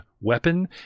weapon